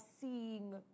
seeing